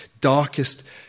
darkest